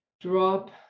drop